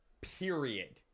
period